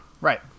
Right